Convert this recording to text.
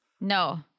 No